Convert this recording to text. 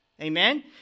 Amen